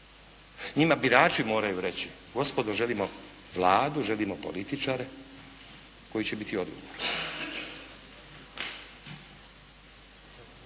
Njima birači moraju reći, gospodo želimo Vladu, želimo političare koji će biti odgovorni.